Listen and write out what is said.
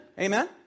Amen